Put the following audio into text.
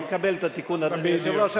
אני מקבל את התיקון, אדוני היושב-ראש.